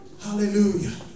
Hallelujah